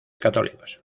católicos